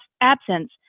absence